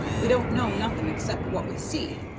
we don't know nothing except what we see.